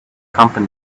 company